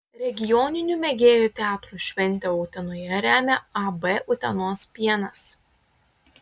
regioninių mėgėjų teatrų šventę utenoje remia ab utenos pienas